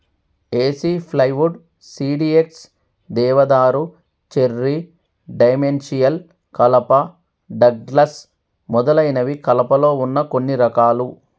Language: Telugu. ఏసి ప్లైవుడ్, సిడీఎక్స్, దేవదారు, చెర్రీ, డైమెన్షియల్ కలప, డగ్లస్ మొదలైనవి కలపలో వున్న కొన్ని రకాలు